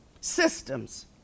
Systems